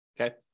Okay